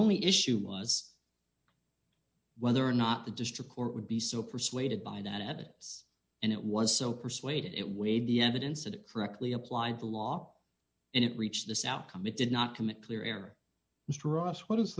only issue was whether or not the district court would be so persuaded by that ed and it was so persuaded it weighed the evidence that it correctly applied the law and it reached this outcome it did not commit clear